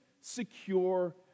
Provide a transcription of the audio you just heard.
secure